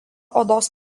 odos